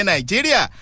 Nigeria